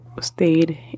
stayed